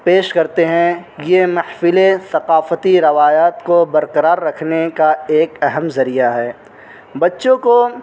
پیش کرتے ہیں یہ محفلیں ثقافتی روایت کو برقرار رکھنے کا ایک اہم ذریعہ ہے بچوں کو